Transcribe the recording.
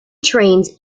trains